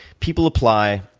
people apply.